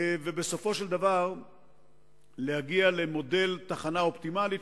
ובסופו של דבר להגיע למודל תחנה אופטימלית,